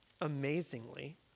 Amazingly